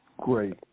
great